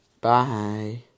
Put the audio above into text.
Bye